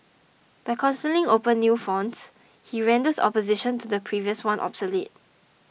by constantly opening new fronts he renders opposition to the previous one obsolete